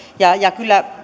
ja ja